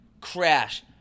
crash